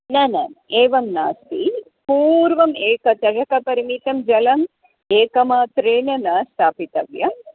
न न एवं नास्ति पूर्वम् एकचषकपरिमितं जलम् एकमात्रेण न स्थापितव्यम्